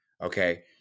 Okay